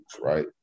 right